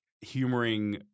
humoring